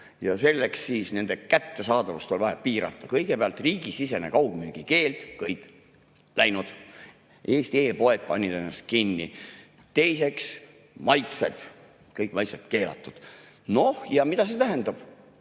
nende [e-sigarettide] kättesaadavust piirata. Kõigepealt riigisisene kaugmüügi keeld. Kõik, läinud! Eesti e‑poed panid ennast kinni. Teiseks, maitsed, kõik maitsed keelatud. Noh, ja mida see tähendab?